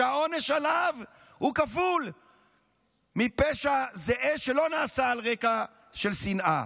שהעונש עליו הוא כפול מפשע זהה שלא נעשה על רקע של שנאה.